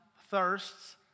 thirsts